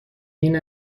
این